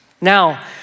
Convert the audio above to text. Now